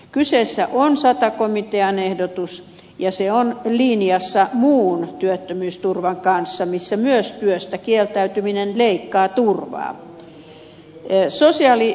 kyseessä on sata komitean ehdotus ja se on linjassa muun työttömyysturvan kanssa missä myös työstä kieltäytyminen leikkaa turvaa